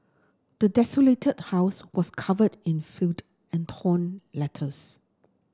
the desolated house was covered in filth and torn letters